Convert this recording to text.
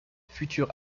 futur